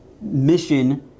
mission